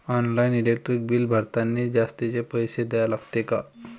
Online electric bill भरतानी जास्तचे पैसे द्या लागते का?